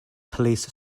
police